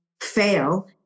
fail